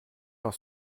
par